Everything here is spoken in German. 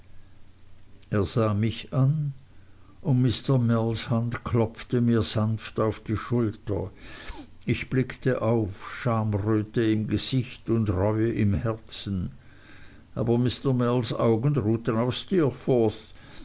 er sah mich an und mr mells hand klopfte mir sanft auf die schulter ich blickte auf schamröte im gesicht und reue im herzen aber mr mells augen ruhten auf